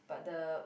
but the